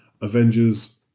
Avengers